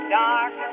dark